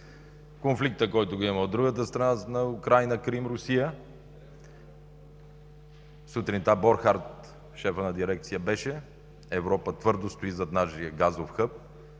Конфликтът, който го има от другата страна на Украйна – Крим – Русия. Сутринта Борхард, шефът на дирекция беше. Европа твърдо стои зад нашия газов хъб